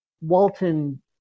Walton